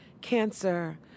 cancer